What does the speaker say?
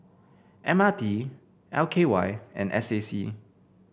M R T L K Y and S A C